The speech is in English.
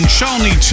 Shawnee